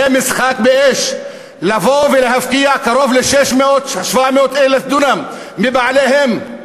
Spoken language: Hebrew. זה משחק באש: לבוא ולהפקיע 600,000 700,000 דונם מבעליהם,